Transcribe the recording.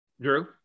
Drew